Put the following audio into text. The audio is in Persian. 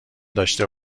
داشته